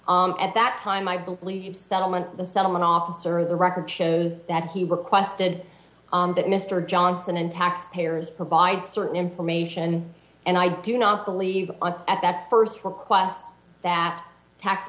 th at that time i believe settlement the settlement office or the record shows that he requested that mister johnson and taxpayers provide certain information and i do not believe at that st request that tax